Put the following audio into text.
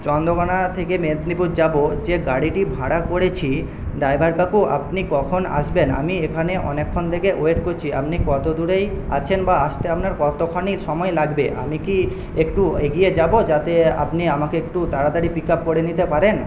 চন্দ্রকোণা থেকে মেদিনীপুর যাব যে গাড়িটি ভাড়া করেছি ড্রাইভার কাকু আপনি কখন আসবেন আমি এখানে অনেকক্ষণ থেকে ওয়েট করছি আপনি কত দূরেই আছেন বা আসতে আপনার কতখানি সময় লাগবে আমি কি একটু এগিয়ে যাব যাতে আপনি আমাকে একটু তাড়াতাড়ি পিক আপ করে নিতে পারেন